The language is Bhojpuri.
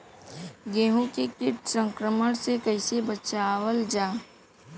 गेहूँ के कीट संक्रमण से कइसे बचावल जा?